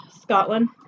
Scotland